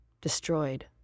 destroyed